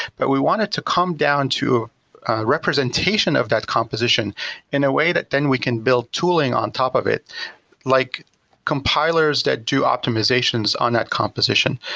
but we wanted to come down to representation of that composition in a way that then we can build tooling on top of it like compilers that do optimizations on that composition.